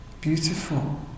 beautiful